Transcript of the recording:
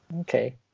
okay